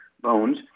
bones